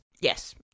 Yes